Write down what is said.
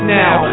now